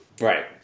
Right